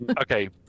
Okay